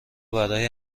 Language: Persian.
برای